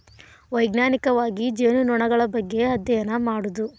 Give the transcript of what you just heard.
ವೈಜ್ಞಾನಿಕವಾಗಿ ಜೇನುನೊಣಗಳ ಬಗ್ಗೆ ಅದ್ಯಯನ ಮಾಡುದು